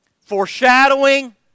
foreshadowing